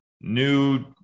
new